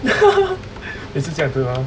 每次这样子 mah